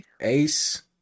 ace